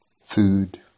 food